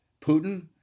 Putin